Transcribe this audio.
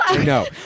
no